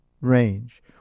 range